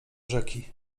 rzeki